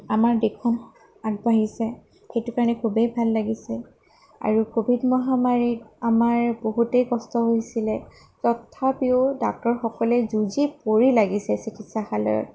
আমাৰ দেশখন আগবাঢ়িছে সেইটো কাৰণে খুবেই ভাল লাগিছে আৰু কভিড মহামাৰীত আমাৰ বহুতেই কষ্ট হৈছিলে তথাপিও ডাক্টৰসকলে যুঁজি পৰি লাগিছে চিকিৎসালয়ত